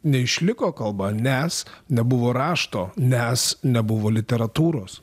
neišliko kalba nes nebuvo rašto nes nebuvo literatūros